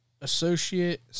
associate